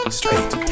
straight